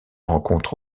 rencontre